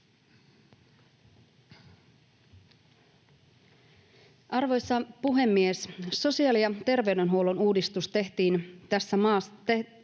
Arvoisa puhemies! Sosiaali- ja terveydenhuollon uudistusta tehtiin tässä maassa